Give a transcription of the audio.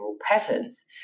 patterns